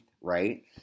right